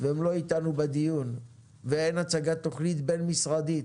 והם לא אתנו בדיון ואין הצגת תוכנית בין-משרדית